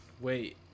Wait